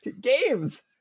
games